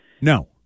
No